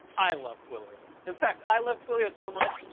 i love twilio. in fact, i love twilio so much.